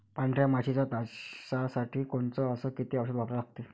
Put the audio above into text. पांढऱ्या माशी च्या नाशा साठी कोनचं अस किती औषध वापरा लागते?